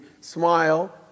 smile